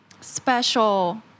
special